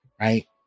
Right